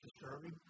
disturbing